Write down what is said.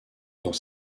dans